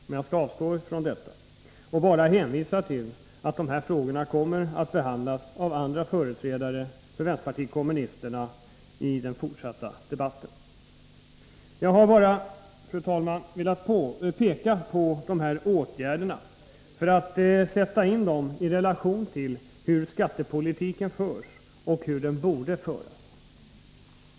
Men jag skall avstå från det och bara hänvisa till att dessa frågor kommer att tas upp av andra företrädare för vpk i den fortsatta debatten. Jag har, fru talman, velat peka på dessa åtgärder och ställa dem i relation till hur skattepolitiken förs och hur den borde föras.